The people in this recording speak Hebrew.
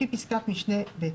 לפי פסקת משנה (ב)."